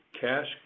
cash